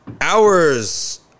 hours